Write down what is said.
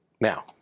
Now